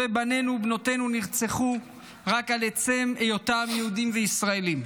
טובי בנינו ובנותינו נרצחו רק על עצם היותם יהודים וישראלים.